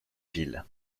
ville